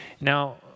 Now